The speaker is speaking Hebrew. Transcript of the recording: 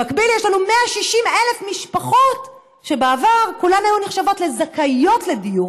במקביל יש לנו 160,000 משפחות שבעבר כולן היו נחשבות לזכאיות לדיור